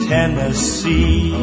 Tennessee